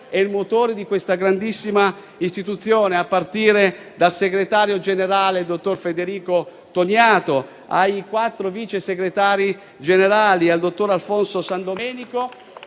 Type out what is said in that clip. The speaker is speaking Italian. e motore di questa grandissima istituzione, a partire dal segretario generale, dottor Federico Silvio Toniato, e ai quattro vice segretari generali, dottor Alfonso Sandomenico,